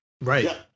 right